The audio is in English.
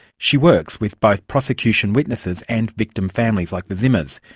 she works with both prosecution witnesses and victim families like the zimmers,